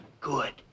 Good